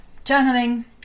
journaling